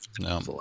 no